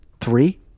three